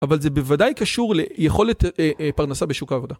אבל זה בוודאי קשור ליכולת פרנסה בשוק העבודה.